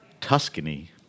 Tuscany